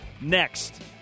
next